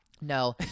no